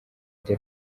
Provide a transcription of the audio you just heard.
the